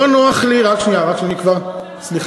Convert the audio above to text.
לא נוח לי, רק שנייה, רק שאני כבר, סליחה,